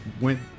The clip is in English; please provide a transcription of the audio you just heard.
went